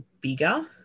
bigger